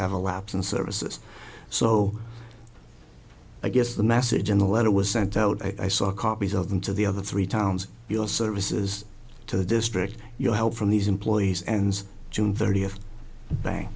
have a lapse in services so i guess the message in the letter was sent out i saw copies of them to the other three towns your services to the district you help from these employees and june thirtieth